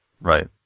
Right